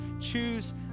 choose